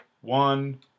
one